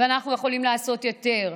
ואנחנו יכולים לעשות יותר.